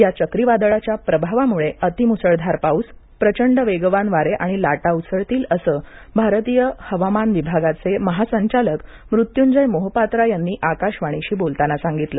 या चक्रीवादळाच्या प्रभावामुळे अति मुसळधार पाउस प्रचंड वेगवान वारे आणि लाटा उसळतील असं भारतीय हवामान विभागाचे महासंचालक मृत्युंजय मोहपात्रा यांनी आकाशवाणीशी बोलताना सांगितल